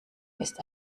ist